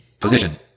Position